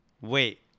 Wait